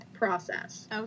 process